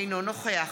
אינו נוכח